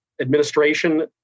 administration